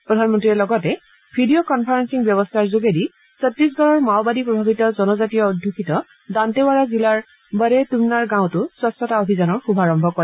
প্ৰধানমন্ত্ৰীয়ে লগতে video conferencing ব্যৱস্থাৰ যোগেদি চট্টীশগড়ৰ মাওবাদী প্ৰভাৱিত জনজাতীয় অধ্যযিত ডাণ্টেৱাৰা জিলাৰ বড়ে টূমনাৰ গাঁৱতো স্বচ্ছতা অভিযানৰ শুভাৰম্ভ কৰে